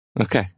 Okay